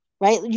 right